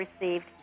received